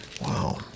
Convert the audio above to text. wow